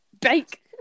Bake